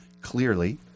clearly